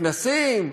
כנסים,